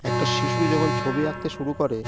একটা শিশু যখন ছবি আঁকতে শুরু করে